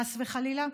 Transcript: חס וחלילה,